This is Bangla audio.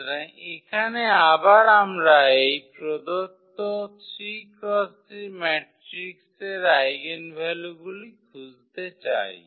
সুতরাং এখানে আবার আমরা এই প্রদত্ত 3x3 ম্যাট্রিক্সের আইগেনভ্যালুগুলি খুঁজতে চাই